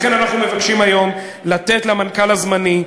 לכן אנחנו מבקשים היום לתת למנכ"ל הזמני,